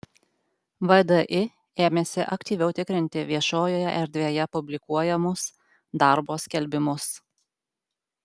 vdi ėmėsi aktyviau tikrinti viešojoje erdvėje publikuojamus darbo skelbimus